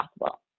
possible